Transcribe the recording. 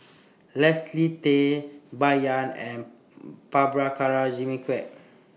Leslie Tay Bai Yan and Prabhakara Jimmy Quek